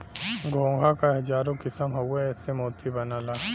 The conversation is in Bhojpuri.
घोंघा क हजारो किसम हउवे एसे मोती बनला